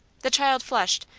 the child flushed,